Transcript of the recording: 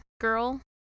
Girl